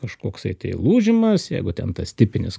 kažkoksai tai lūžimas jeigu ten tas tipinis